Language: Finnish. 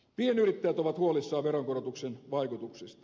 pienyrittäjät ovat huolissaan veronkorotuksen vaikutuksista